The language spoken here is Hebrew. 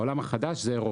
העולם החדש זה אירופה,